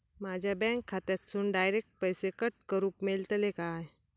माझ्या बँक खात्यासून डायरेक्ट पैसे कट करूक मेलतले काय?